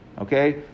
Okay